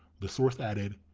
the source added,